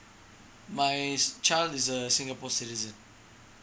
my child is a singapore citizen